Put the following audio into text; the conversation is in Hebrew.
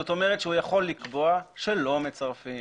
זאת אומרת, הוא יכול לקבוע שלא מצרפים